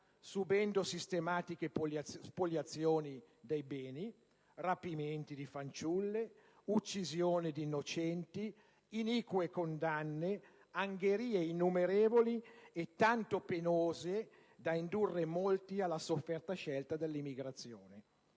subendo sistematiche spoliazioni dei beni, rapimenti di fanciulle, uccisioni d'innocenti, inique condanne, angherie innumerevoli e tanto penose da indurre molti alla sofferta scelta dell'emigrazione.